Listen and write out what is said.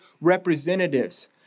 representatives